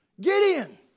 Gideon